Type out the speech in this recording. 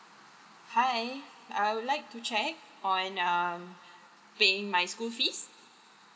hi I would like to check on um paying my school fees